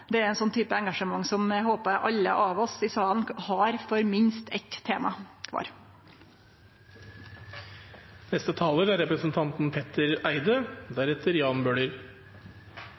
viser, er ein sånn type engasjement som eg håpar at alle av oss i salen har for minst eitt tema kvar. Tusen takk for at vi får lov til å diskutere dette. Jeg er